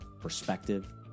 perspective